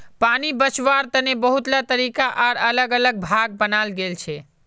पानी बचवार तने बहुतला तरीका आर अलग अलग भाग बनाल गेल छे